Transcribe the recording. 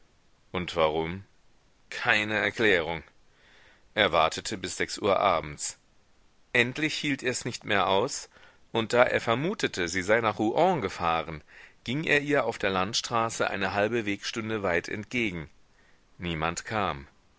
und warum keine erklärung er wartete bis sechs uhr abends endlich hielt ers nicht mehr aus und da er vermutete sie sei nach rouen gefahren ging er ihr auf der landstraße eine halbe wegstunde weit entgegen niemand kam